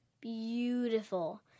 beautiful